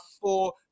four